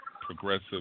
progressive